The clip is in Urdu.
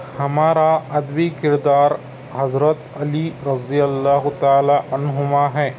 ہمارا ادبی کردار حضرت علی رضی اللہ تعالی عنہما ہیں